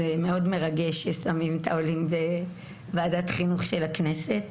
זה מאוד מרגשת ששמים את העולים בוועדת החינוך של הכנסת.